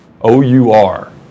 O-U-R